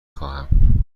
خواهم